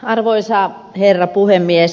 arvoisa herra puhemies